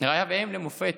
רעיה ואם למופת,